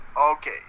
Okay